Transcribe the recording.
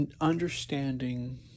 understanding